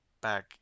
back